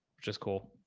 which is cool.